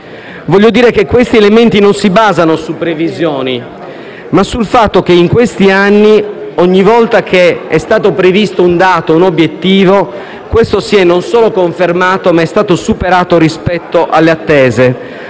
Voglio dire che siffatti elementi si basano non su previsioni, ma sul fatto che in questi anni, ogni volta che è stato previsto un dato o un obiettivo, esso si è non solo confermato, ma ha anche superato le attese,